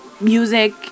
music